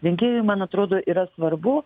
rinkėjui man atrodo yra svarbu